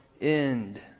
end